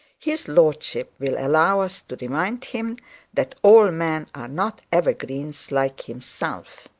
his lordship will allow us to remind him that all men are not evergreens like himself.